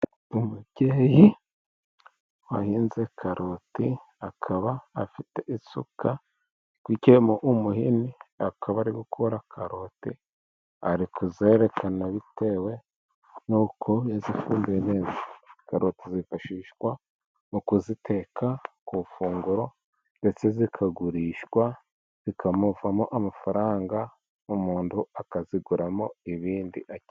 Umubyeyi wahinze karoti, akaba afite isuka ikwikiyemo umuhini, akaba ari gukura karoti, ari kuzerekana bitewe n'uko yazifumbiye neza, karota zifashishwa mu kuziteka ku ifunguro, ndetse zikagurishwa, zikanavamo amafaranga, umuntu akaziguramo ibindi akeneye.